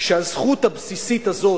שהזכות הבסיסית הזאת,